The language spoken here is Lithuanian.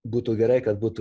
būtų gerai kad būtų